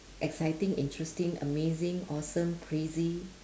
exciting interesting amazing awesome crazy